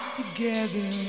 together